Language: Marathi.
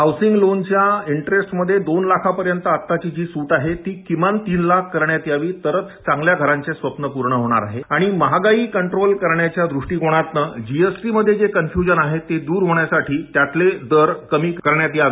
हाऊसिंग लोनच्या इंट्रेस्टमध्ये दोन लाखांपर्यंत जी सूट आहे ती किमान तीन लाख करण्यात यावी तरच चांगल्या घरांचे स्वप्न पूर्ण होणार आहे आणि महागाई कंद्रोल करण्याच्या दृष्टीकोनातून जीएसटीमध्ये जी कन्क्लूझन आहेत ते दूर होण्यासाठी त्यातलेच दर कमी करण्यात यावे